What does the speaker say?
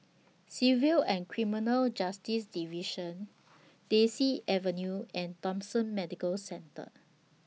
Civil and Criminal Justice Division Daisy Avenue and Thomson Medical Centre